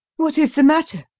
what is the matter?